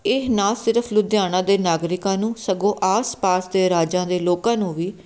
ਇਹ ਨਾ ਸਿਰਫ ਲੁਧਿਆਣਾ ਦੇ ਨਾਗਰਿਕਾਂ ਨੂੰ ਸਗੋਂ ਆਸ ਪਾਸ ਦੇ ਰਾਜਾਂ ਦੇ ਲੋਕਾਂ ਨੂੰ ਵੀ